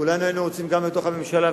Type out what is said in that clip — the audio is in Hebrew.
כולנו היינו רוצים גם בתוך הממשלה,